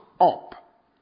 up